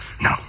No